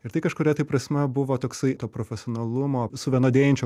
ir tai kažkuria tai prasme buvo toksai profesionalumo suvienodėjančio